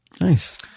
Nice